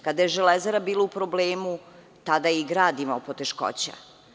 Kada je Železara bila u problemu tada je i grad imao poteškoća.